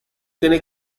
tiene